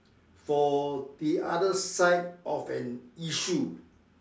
for the other side of an issue